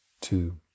Two